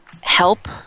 help